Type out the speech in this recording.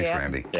yeah randy. yeah